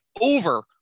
over